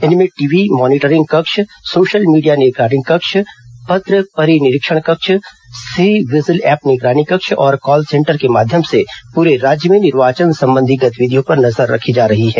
इनमें TV monitoring कक्ष social media निगरानी कक्ष पत्र परिनिरीक्षण कक्ष सी विजिल ऐप निगरानी कक्ष और कॉल सेंटर के माध्यम से पूरे राज्य में निर्वाचन संबंधी गतिविधियों पर नजर रखी जा रही है